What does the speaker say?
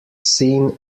scene